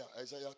Isaiah